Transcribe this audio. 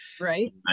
Right